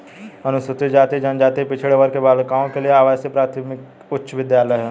अनुसूचित जाति जनजाति पिछड़े वर्ग की बालिकाओं के लिए आवासीय प्राथमिक उच्च विद्यालय है